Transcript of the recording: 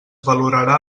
valorarà